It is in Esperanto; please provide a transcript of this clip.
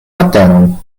matenon